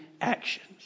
actions